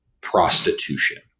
prostitution